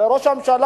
הרי ראש הממשלה,